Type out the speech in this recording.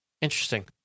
interesting